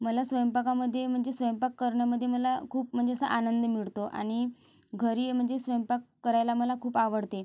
मला स्वयंपाकामधे म्हणजे स्वयंपाक करण्यामधे मला खूप म्हणजे असा आनंद मिळतो आणि घरी म्हणजे स्वयंपाक करायला मला खूप आवडते